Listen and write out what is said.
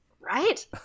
Right